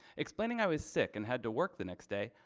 explaining i was sick and had to work the next day.